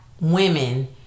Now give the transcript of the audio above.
women